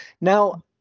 now